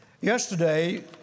Yesterday